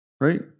right